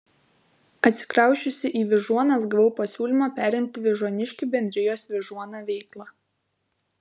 atsikrausčiusi į vyžuonas gavau pasiūlymą perimti vyžuoniškių bendrijos vyžuona veiklą